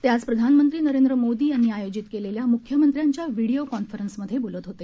ते आज प्रधानमंत्री नरेंद्र मोदी यांनी आयोजित केलेल्या मुख्यमंत्र्यांच्या व्हिडीओ कॉन्फरन्समध्ये बोलत होते